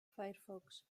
firefox